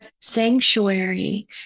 sanctuary